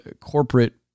corporate